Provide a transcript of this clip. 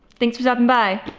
thanks for stopping by.